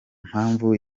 mpamvu